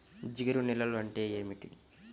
జిగురు నేలలు అంటే ఏమిటీ?